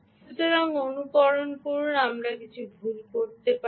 সুতরাং অনুকরণ করুন আমরা কিছু ভুল করতে পারি